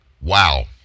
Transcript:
Wow